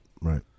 right